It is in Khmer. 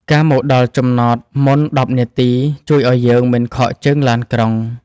ការមកដល់ចំណតមុន ១០ នាទី ជួយឱ្យយើងមិនខកជើងឡានក្រុង។